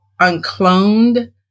uncloned